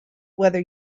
whether